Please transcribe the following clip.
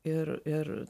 ir ir